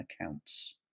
accounts